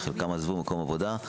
חלקם עזבו מקום עבודה,